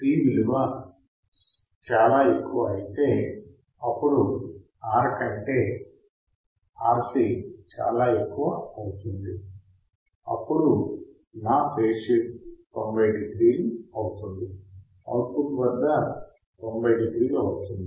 C విలువ చాలా ఎక్కువ అయితే ఆపుడు R కంటే RC చాలా ఎక్కువ అవుతుంది అప్పుడు నా ఫేజ్ షిఫ్ట్ 90 డిగ్రీలు అవుతుంది ఔట్పుట్ వద్ద 90 డిగ్రీలు అవుతుంది